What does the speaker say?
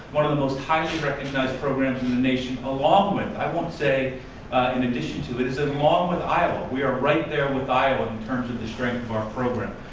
one of the most highly recognized programs in the nation, along with i won't say in addition to it is along with iowa, we are right there with iowa in terms of the strength of our program.